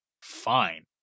fine